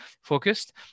focused